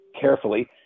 carefully